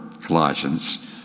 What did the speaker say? Colossians